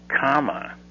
comma